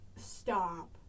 Stop